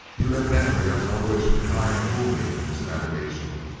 you evidently have no wish to try and fool me in this navigation.